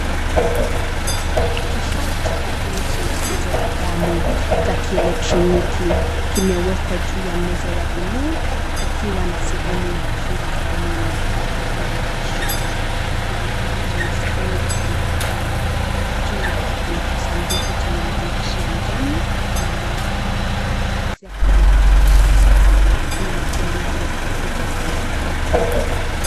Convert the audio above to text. Kifaa cha kupima shinikizo la damu cha kieletroniki kimewekwa juu ya meza ya bluu, kikiwa na sehemu ya kufunga mkononi upande wa kushoto, na kidhibiti chenye skrini upande wa kulia. Juu yake kuna kisanduku chenye maandishi ya njano na nyeupe yakielezea kua ni kifaa cha kisasa chenye matumizi ya kompyuta ndogo.